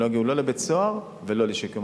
לא יגיעו לא לבית-סוהר ולא לשיקום.